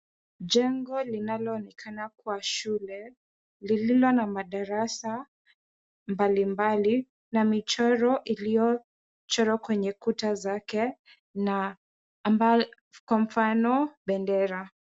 Jengo linaloonekana kuwa shule lililo na madarasa mbalimbali na michoro iliyochorwa kwenye kuta zake kwa mfano bendera.